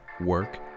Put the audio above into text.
work